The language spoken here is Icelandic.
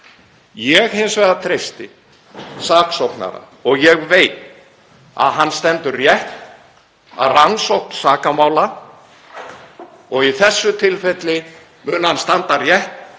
Ég hins vegar treysti saksóknara. Ég veit að hann stendur rétt að rannsókn sakamála og í þessu tilfelli mun hann standa rétt